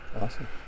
Awesome